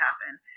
happen